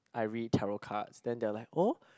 I read tarot cards then they are like oh